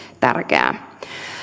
tärkeää